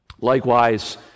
Likewise